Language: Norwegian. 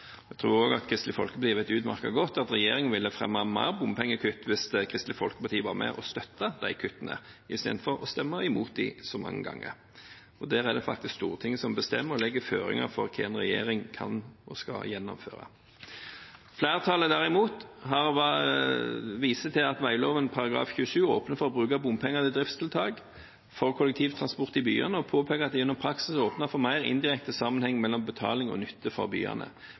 Jeg tror også Kristelig Folkeparti vet utmerket godt at regjeringen ville fremmet mer bompengekutt hvis Kristelig Folkeparti hadde vært med og støttet de kuttene i stedet for å stemme imot dem så mange ganger. Det er faktisk Stortinget som bestemmer og legger føringer for hva en regjering kan og skal gjennomføre. Flertallet, derimot, viser til at vegloven § 27 åpner for bruk av bompenger til driftstiltak for kollektivtransport i byene, og påpeker at det gjennom praksis åpner for mer indirekte sammenheng mellom betaling og nytte for byene.